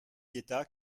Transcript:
d’état